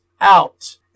out